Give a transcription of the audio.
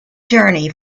journey